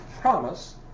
promise